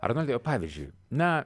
anoldai o pavyzdžiui na